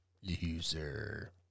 User